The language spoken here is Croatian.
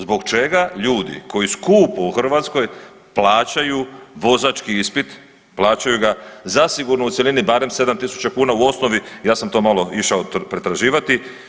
Zbog čega ljudi koji skupo u Hrvatskoj plaćaju vozački ispit plaćaju ga zasigurno u cjelini barem 7000 kuna, u osnovi ja sam to malo išao pretraživati.